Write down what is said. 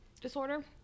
disorder